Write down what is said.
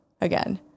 again